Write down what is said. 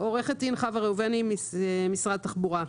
אני חוה ראובני, עורכת דין ממשרד התחבורה.